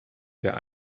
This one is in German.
der